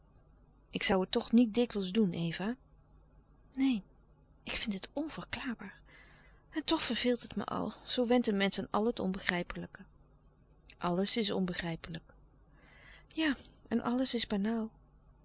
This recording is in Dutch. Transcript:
ik zoû het toch niet dikwijls doen eva neen ik vind het onverklaarbaar en toch verveelt het me al zoo went een mensch aan het onbegrijpelijke alles is onbegrijpelijk ja en alles is banaal